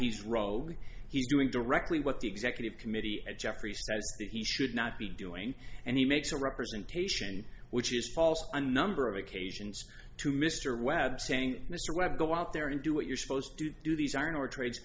he's rogue he's doing directly what the executive committee and jeffrey says that he should not be doing and he makes a representation which is false a number of occasions to mr webb saying mr webb go out there and do what you're supposed to do these are newer trade